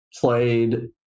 played